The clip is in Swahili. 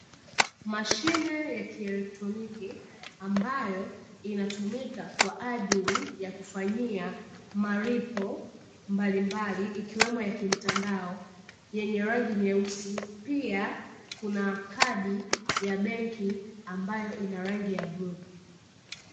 Mashine ya kieletroniki, ambayo inatumika kwa ajili kufanyia malipo mbalimbali, ikiwemo ya kimtandao yenye rangi nyeusi. Pia kuna kadi ya benki ambayo ina rangi ya bluu.